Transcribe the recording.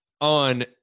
on